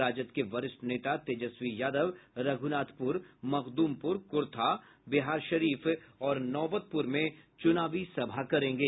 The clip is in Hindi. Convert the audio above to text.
राजद के वरिष्ठ नेता तेजस्वी यादव रघुनाथपुर मखदुमपुर कुर्था बिहारशरीफ और नौबतपुर में चुनावी सभा करेंगे